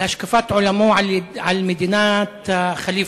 על השקפת עולמו, על מדינת הח'ליפות,